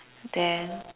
then